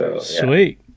Sweet